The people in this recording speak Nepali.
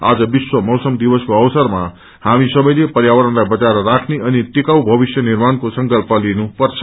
आज विश्व मौसम दिवसको अवसरमा हामी सबैले प्यावरणलाई बचाएर राख्ने अनि टिकाऊ भविष्य निर्माण्को संकल्प लिनुपर्छ